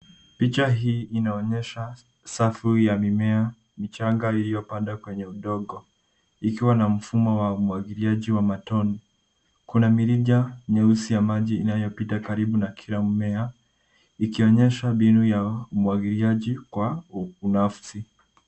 Picha hii inaonyesha safu ya mimea michanga iliyopandwa kwenye udongo ikiwa na mfumo wa umwagiliaji wa matone. Kuna mirija myeusi ya maji inayopita karibu na kila mmea ikionyesha mbinu ya umwagiliaji kwa unafsi.